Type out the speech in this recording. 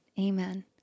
Amen